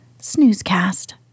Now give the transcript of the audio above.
snoozecast